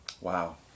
Wow